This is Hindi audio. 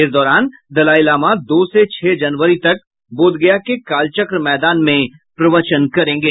इस दौरान दलाईलामा दो से छह जनवरी तक बोधगया के कालचक्र मैदान में प्रवचन करेंगे